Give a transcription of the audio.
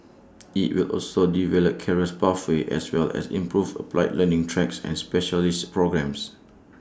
IT will also develop careers pathways as well as improve applied learning tracks and specialist programmes